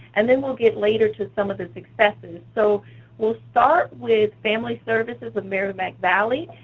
and then we'll get later to some of the successes. so we'll start with family services of merrimack valley.